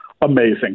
amazing